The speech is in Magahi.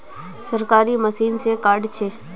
सरकारी मशीन से कार्ड छै?